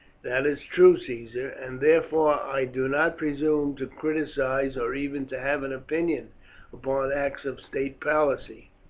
that is true, caesar, and therefore i do not presume to criticise or even to have an opinion upon acts of state policy.